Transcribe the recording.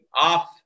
off